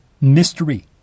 Mystery